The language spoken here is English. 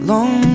Long